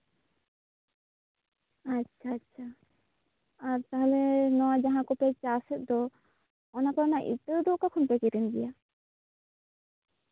ᱟᱪᱪᱷᱟ ᱟᱪᱪᱷᱟ ᱟᱨ ᱛᱟᱦᱞᱮ ᱱᱚᱶᱟ ᱡᱟᱦᱟᱸ ᱠᱚᱯᱮ ᱪᱟᱥ ᱮᱫ ᱫᱚ ᱚᱱᱟ ᱠᱚᱨᱮᱱᱟᱜ ᱤᱛᱟᱹ ᱫᱚ ᱚᱠᱟ ᱠᱷᱚᱱ ᱯᱮ ᱠᱤᱨᱤᱧ ᱤᱫᱤᱭᱟ